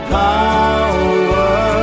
power